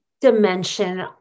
dimension